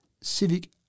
civic